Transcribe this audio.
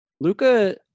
Luca